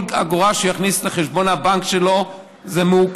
אגורה שהוא יכניס לחשבון הבנק שלו מעוקלת.